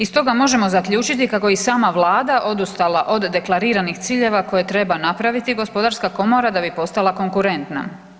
Iz toga možemo zaključiti kako i sama Vlada odustala od deklariranih ciljeva koje treba napraviti Gospodarska komora da bi postala konkurentna.